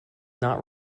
not